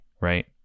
right